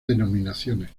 denominaciones